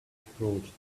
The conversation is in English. approached